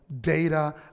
data